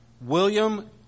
William